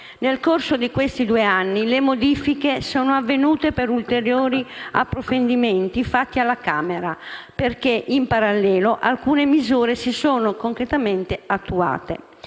Nel corso di questi due anni le modifiche sono avvenute per ulteriori approfondimenti fatti alla Camera perché, in parallelo, alcune misure si sono concretamente attuate.